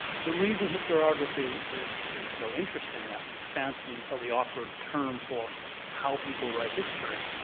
the reason historiography is is so interesting that fancy and slightly awkward term for how people write history,